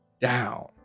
down